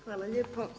Hvala lijepa.